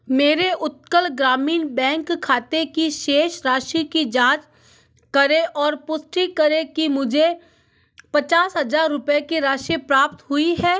मेरे उत्कल ग्रामीण बैंक खाते की शेष राशि की जाँच करें और पुष्टि करें कि मुझे पचास हजार रुपए की राशि प्राप्त हुई है